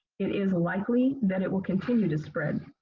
it is likely that it will continue to spread.